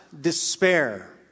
despair